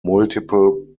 multiple